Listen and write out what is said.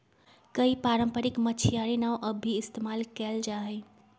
कई पारम्परिक मछियारी नाव अब भी इस्तेमाल कइल जाहई